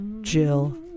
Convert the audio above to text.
Jill